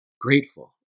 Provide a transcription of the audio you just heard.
grateful